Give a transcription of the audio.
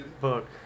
book